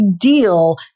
deal